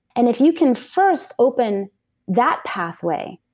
and if you can first open that pathway,